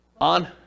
On